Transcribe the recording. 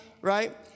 right